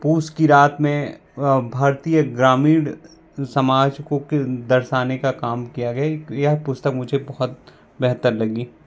पूस की रात में भारतीय ग्रामीण समाज को दर्शाने का काम किया गया यह पुस्तक मुझे बहुत बेहतर लगी